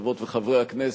חברות וחברי הכנסת,